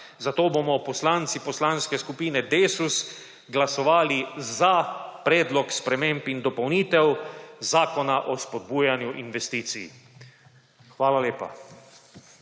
Zato bomo poslanci Poslanske skupine Desus glasovali za Predlog sprememb in dopolnitev Zakona o spodbujanju investicij. Hvala lepa.